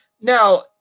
now